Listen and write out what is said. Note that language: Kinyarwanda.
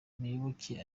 muyoboke